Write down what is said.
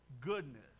goodness